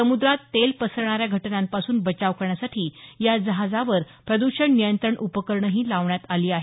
समुद्रात तेल पसरणाऱ्या घटनांपासून बचाव करण्यासाठी या जहाजावर प्रदषण नियंत्रण उपकरणंही लावण्यात आली आहेत